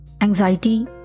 anxiety